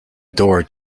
door